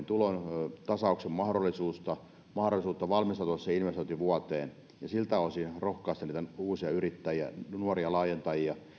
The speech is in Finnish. tulontasauksen mahdollisuus mahdollisuus valmistautua investointivuoteen ja siltä osin rohkaista niitä uusia yrittäjiä nuoria laajentajia